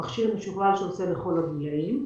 מכשיר משוכלל שעושה לכל הגילאים,